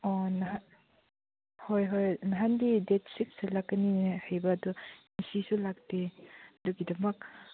ꯑꯣ ꯅꯍꯥꯟ ꯍꯣꯏ ꯍꯣꯏ ꯅꯍꯥꯟꯗꯤ ꯗꯦꯗ ꯁꯤꯛꯁꯇ ꯂꯥꯛꯀꯅꯤ ꯍꯥꯏꯕ ꯑꯗꯣ ꯉꯁꯤꯁꯨ ꯂꯥꯛꯇꯦ ꯑꯗꯨꯒꯤꯗꯃꯛ